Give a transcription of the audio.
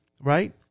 right